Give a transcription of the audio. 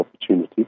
opportunity